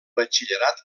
batxillerat